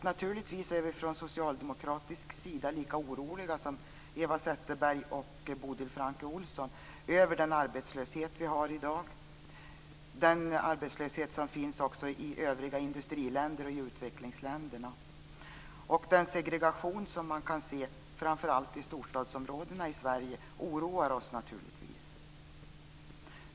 Naturligtvis är vi från socialdemokratisk sida lika oroliga som Eva Zetterberg och Bodil Francke Ohlsson över arbetslösheten. Den arbetslösheten finns också i övriga industriländerna och utvecklingsländerna. Den segregation som finns i framför allt storstadsområden i Sverige oroar oss.